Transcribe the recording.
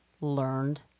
learned